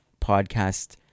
podcast